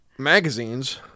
Magazines